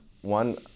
One